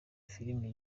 filime